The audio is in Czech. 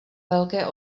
velké